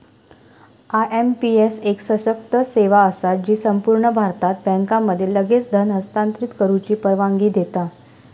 IMPS एक सशक्त सेवा असा जी संपूर्ण भारतात बँकांमध्ये लगेच धन हस्तांतरित करुची परवानगी देता